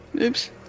Oops